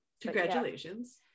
congratulations